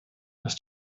dass